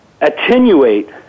attenuate